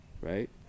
Right